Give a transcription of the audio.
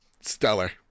stellar